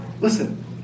listen